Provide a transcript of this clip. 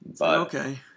Okay